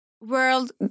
World